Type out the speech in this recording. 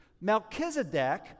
Melchizedek